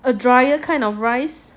a dryer kind of rice